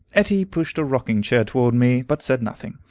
etty pushed a rocking-chair toward me, but said nothing.